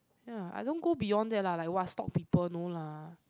ya I don't go beyond that lah like !wah! stalk people no lah